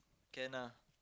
can ah